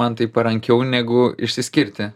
man tai parankiau negu išsiskirti